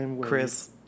Chris